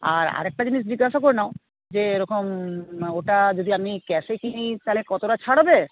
আর আরেকটা জিনিস জিজ্ঞাসা করে নাও যে এরকম ওটা যদি আমি ক্যাশে কিনি তাহলে কতটা ছাড় হবে